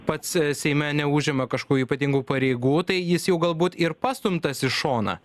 pats seime neužima kažkų ypatingų pareigų tai jis jau galbūt ir pastumtas į šoną